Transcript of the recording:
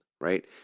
Right